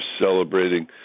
celebrating